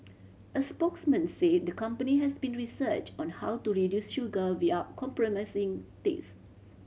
a spokesman said the company has been researched on how to reduce sugar without compromising taste